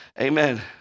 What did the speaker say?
amen